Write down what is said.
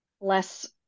less